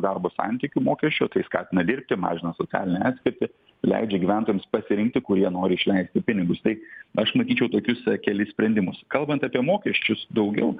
darbo santykių mokesčių tai skatina dirbti mažina socialinę atskirtį leidžia gyventojams pasirinkti kurie nori išleisti pinigus tai aš matyčiau tokius kelis sprendimus kalbant apie mokesčius daugiau